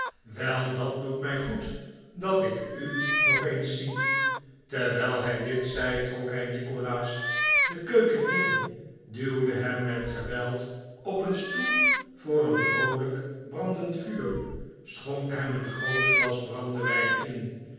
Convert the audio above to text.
wei dat doet mij goed dat ik u nog eens zie terwijl hij dit zei trok hij nikolaas de keuken in duwde hem met geweld op een stoel voor een vroolijk brandend vuur schonk hem een groot glas brandewijn in